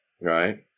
Right